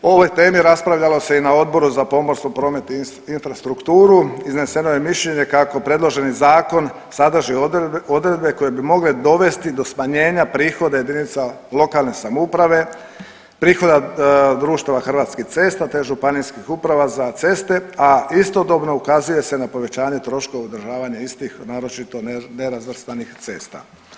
O ovoj temi raspravljalo se na i Odboru za pomorstvo, promet i infrastrukturu, izneseno je mišljenje kako predloženi Zakon sadrži odredbe koje bi mogle dovesti do smanjenja prihoda jedinice lokalne samouprave, prihoda društva Hrvatskih cesta te županijskih uprava za ceste, a istodobno ukazuje se na povećanje troškova održavanja istih, naročito nerazvrstanih cesta.